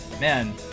Man